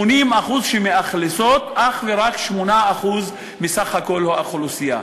80% שמאכלסים אך ורק 8% מסך כל האוכלוסייה,